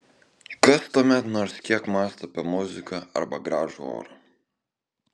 kas tuomet nors kiek mąsto apie muziką arba gražų orą